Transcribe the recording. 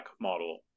model